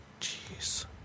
jeez